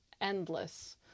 endless